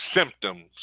symptoms